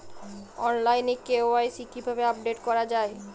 অনলাইনে কে.ওয়াই.সি কিভাবে আপডেট করা হয়?